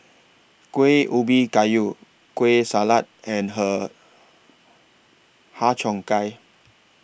Kueh Ubi Kayu Kueh Salat and Har Cheong Gai